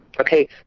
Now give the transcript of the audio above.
Okay